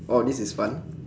oh this is fun